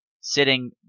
sitting